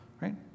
right